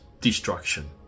destruction